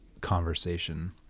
conversation